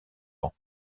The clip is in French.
ans